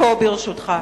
בבקשה.